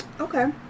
Okay